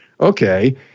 okay